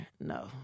No